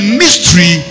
mystery